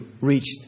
reached